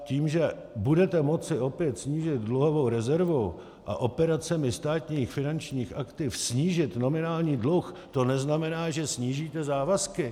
Tím, že budete moci opět snížit dluhovou rezervu a operacemi státních finančních aktiv snížit nominální dluh, to neznamená, že snížíte závazky.